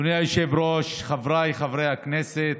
אדוני היושב-ראש, חבריי חברי הכנסת,